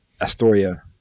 Astoria